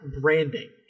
branding